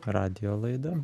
radijo laida